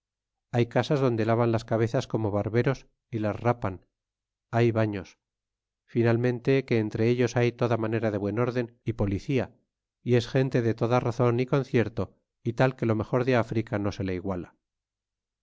hay casas donde lavan las cabezas como barberos y las rapan hay barios final mente que entre ellos hay toda manera de buena orden y policía y es gente de toda razon y concierto y tal que lo mejor de a frica no se le iguala